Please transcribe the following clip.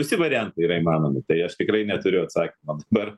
visi variantai yra įmanomi tai aš tikrai neturiu atsakymo dabar